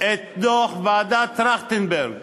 את דוח ועדת טרכטנברג